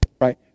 Right